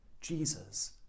Jesus